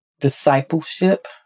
discipleship